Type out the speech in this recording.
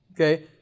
okay